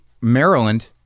Maryland